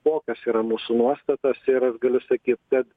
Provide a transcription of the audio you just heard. kokios yra mūsų nuostatos ir aš galiu sakyt kad